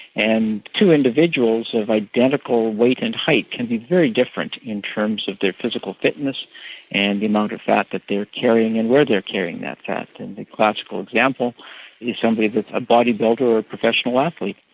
and two individuals of identical weight and can be very different in terms of their physical fitness and the amount of fat that they are carrying and where they are carrying that fat. and a classical example is somebody that's a bodybuilder or a professional athlete.